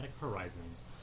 horizons